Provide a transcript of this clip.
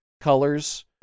colors